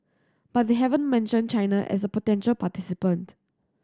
but they haven't mentioned China as a potential participant